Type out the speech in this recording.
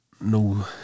no